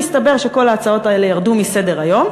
מסתבר שכל ההצעות האלה ירדו מסדר-היום,